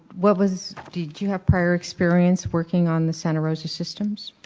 what was did you have prior experience working on the santa rosa systems?